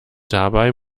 dabei